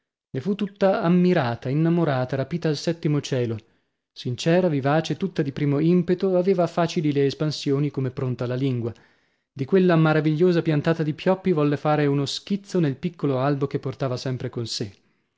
ne fu tutta ammirata innamorata rapita al settimo cielo sincera vivace tutta di primo impeto aveva facili le espansioni come pronta la lingua di quella maravigliosa piantata di pioppi volle fare uno schizzo nel piccolo albo che portava sempre con sè